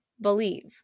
believe